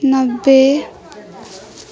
नब्बे